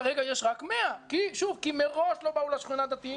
כרגע יש רק 100 כי מראש לא באו לשכונה דתיים